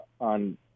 on